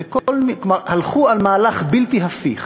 כלומר הלכו על מהלך בלתי הפיך,